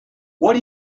what